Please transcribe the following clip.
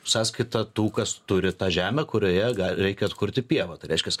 sąskaita tų kas turi tą žemę kurioje reikia atkurti pievą tai reiškias